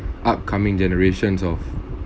upcoming generations of